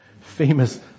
Famous